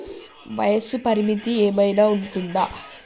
వయస్సు పరిమితి ఏమైనా ఉంటుందా?